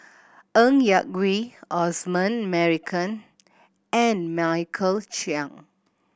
Ng Yak Whee Osman Merican and Michael Chiang